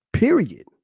Period